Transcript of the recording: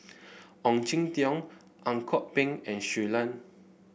Ong Jin Teong Ang Kok Peng and Shui Lan